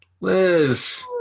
liz